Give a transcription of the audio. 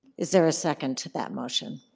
is there a second to that motion?